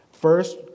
First